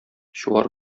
чуар